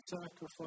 sacrifice